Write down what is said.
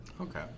Okay